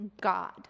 God